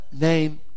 name